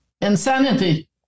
insanity